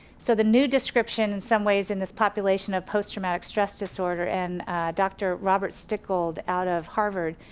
so the new description in some ways in this population of post traumatic stress disorder and doctor robert stickold out of harvard,